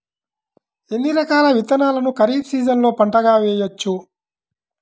ఎన్ని రకాల విత్తనాలను ఖరీఫ్ సీజన్లో పంటగా వేయచ్చు?